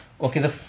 Okay